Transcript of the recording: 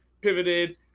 pivoted